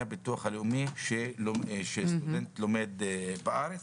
הביטוח הלאומי של סטודנט שלומד בארץ.